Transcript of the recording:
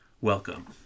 Welcome